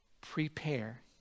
prepare